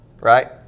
Right